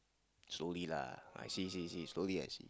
sorry lah I see see see sorry actually